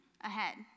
ahead